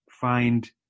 find